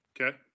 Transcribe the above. Okay